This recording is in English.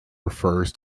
refers